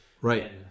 Right